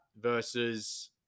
versus